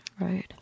right